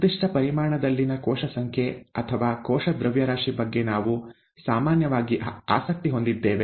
ನಿರ್ದಿಷ್ಟ ಪರಿಮಾಣದಲ್ಲಿನ ಕೋಶ ಸಂಖ್ಯೆ ಅಥವಾ ಕೋಶ ದ್ರವ್ಯರಾಶಿ ಬಗ್ಗೆ ನಾವು ಸಾಮಾನ್ಯವಾಗಿ ಆಸಕ್ತಿ ಹೊಂದಿದ್ದೇವೆ